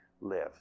live